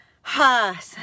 ha